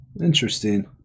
Interesting